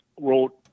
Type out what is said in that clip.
wrote